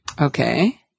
Okay